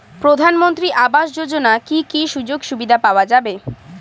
প্রধানমন্ত্রী আবাস যোজনা কি কি সুযোগ সুবিধা পাওয়া যাবে?